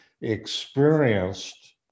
experienced